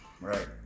right